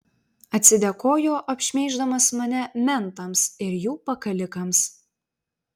atsidėkojo apšmeiždamas mane mentams ir jų pakalikams